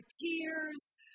tears